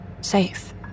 safe